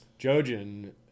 Jojen